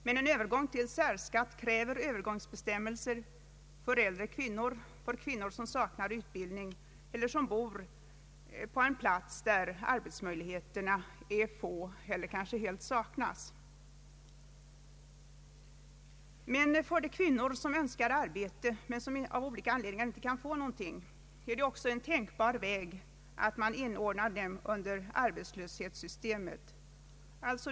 Men en övergång till särskatt kräver särbestämmelser för äldre kvinnor och för kvinnor som saknar utbildning eller som bor på platser där arbetsmöjligheterna är få eller kanske helt saknas. När det gäller de kvinnor som önskar arbeta men som av olika anledningar inte kan få något arbete är det också en tänkbar väg att inordna dem under arbetslöshetssystemet.